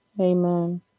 Amen